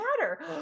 matter